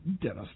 Dennis